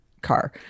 car